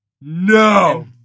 No